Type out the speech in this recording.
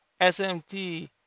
SMT